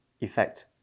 effect